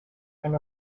and